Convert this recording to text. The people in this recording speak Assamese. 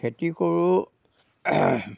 খেতি কৰোঁ